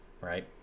right